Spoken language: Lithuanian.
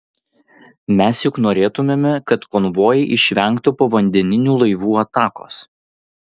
mes juk norėtumėme kad konvojai išvengtų povandeninių laivų atakos